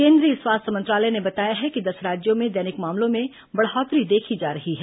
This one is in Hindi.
केंद्रीय स्वास्थ्य मंत्रालय ने बताया है कि दस राज्यों में दैनिक मामलों में बढोतरी देखी जा रही है